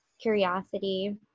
curiosity